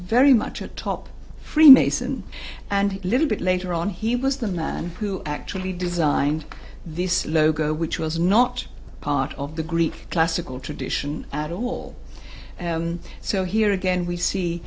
very much a top freemason and a little bit later on he was the man who actually designed this logo which was not part of the greek classical tradition at all so here again we see